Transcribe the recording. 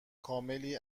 کاملی